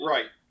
Right